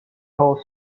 whole